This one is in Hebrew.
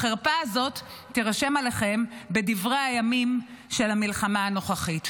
החרפה הזאת תירשם עליכם בדברי הימים של המלחמה הנוכחית.